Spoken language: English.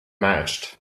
matched